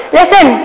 listen